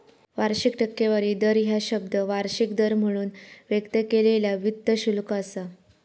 वार्षिक टक्केवारी दर ह्या शब्द वार्षिक दर म्हणून व्यक्त केलेला वित्त शुल्क असा